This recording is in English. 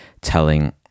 telling